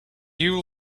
you